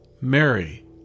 Mary